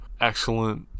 excellent